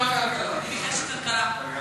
אני ביקשתי כלכלה.